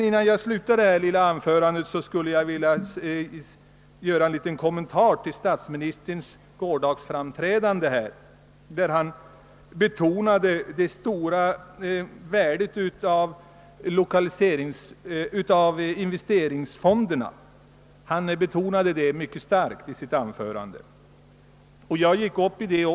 Innan jag slutar detta korta anförande skulle jag vilja göra en liten kommentar till statsministerns gårdagsframträdande här i kammaren, då han mycket starkt betonade investeringsfondernas stora värde som lokaliseringspolitiskt medel.